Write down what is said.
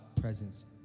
presence